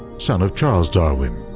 son of charles darwin,